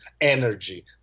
energy